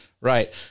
right